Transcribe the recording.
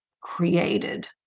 created